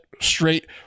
straight